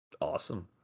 awesome